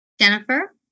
Jennifer